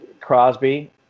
Crosby